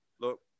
Look